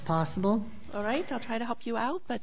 possible alright i'll try to help you out but